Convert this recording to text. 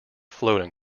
floating